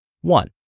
One